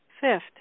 Fifth